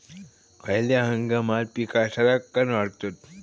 खयल्या हंगामात पीका सरक्कान वाढतत?